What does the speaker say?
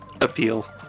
appeal